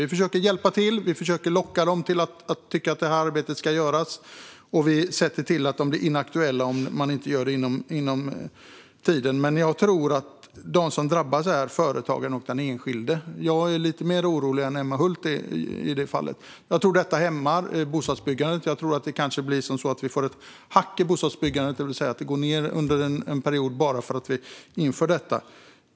Vi försöker hjälpa till och locka dem att tycka att arbetet ska göras, och vi ser till att planerna blir inaktuella om det inte görs i tid. Jag tror att de som drabbas är företag och enskilda, och jag är lite mer orolig än Emma Hult i det fallet. Jag tror att detta hämmar bostadsbyggandet och att vi kanske får ett hack i byggandet, det vill säga att det går ned under en period bara för att vi inför detta.